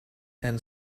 and